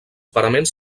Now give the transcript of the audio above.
paraments